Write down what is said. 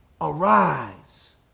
Arise